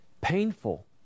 painful